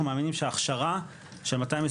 אנחנו מאמינים של הכשרה של 220 שעות,